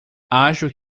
acho